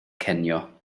cinio